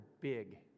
big